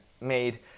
made